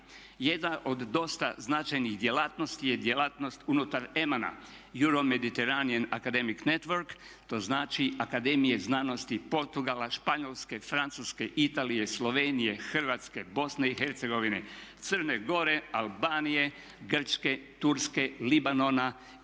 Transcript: Jedna od dosta značajnih djelatnosti je djelatnost unutar EMAN-a Europe mediterranean network to znači Akademije znanosti Portugala, Španjolske, Francuske, Italije, Slovenije, Hrvatske, Bosne i Hercegovine, Crne Gore, Albanije, Grčke, Turske, Libanona,